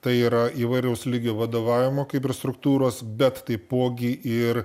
tai yra įvairaus lygio vadovavimo struktūros bet taipogi ir